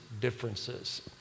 differences